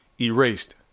erased